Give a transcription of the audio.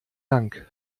dank